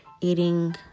eating